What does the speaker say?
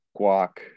guac